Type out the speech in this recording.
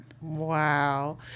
Wow